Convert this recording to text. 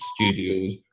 studios